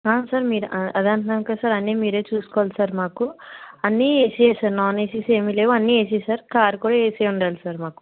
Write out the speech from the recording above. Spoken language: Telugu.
సార్ మీరు అదే అంటున్నాను కదా సార్ అన్ని మీరే చూసుకోవాలి సార్ మాకు అన్ని ఏసీస్ నాన్ ఏసీస్ ఏమి లేవు అన్ని ఏసీ సార్ కార్కి కూడా ఏసీ ఉండాలి సార్ మాకు